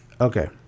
Okay